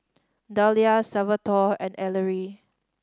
Dahlia Salvatore and Ellery